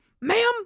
ma'am